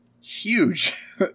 huge